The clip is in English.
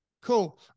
cool